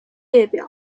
列表